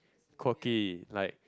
quirky like